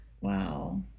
Wow